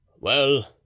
Well